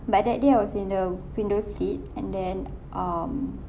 but that day I was at the window seat and then um